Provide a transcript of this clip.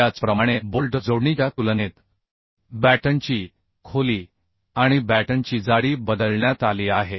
त्याचप्रमाणे बोल्ट जोडणीच्या तुलनेत बॅटनची खोली आणि बॅटनची जाडी बदलण्यात आली आहे